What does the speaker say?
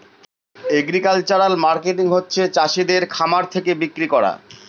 agricultural marketing হচ্ছে চাষিদের খামার থাকে বিক্রি করা